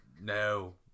No